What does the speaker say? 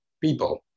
people